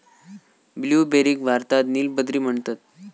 ब्लूबेरीक भारतात नील बद्री म्हणतत